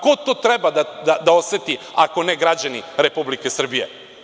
Ko to treba da oseti ako ne građani Republike Srbije?